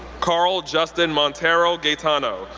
carl justin montero gaytano,